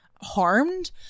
harmed